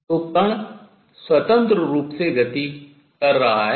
तो कण स्वतंत्र रूप से गति कर रहा है